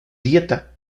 dieta